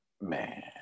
man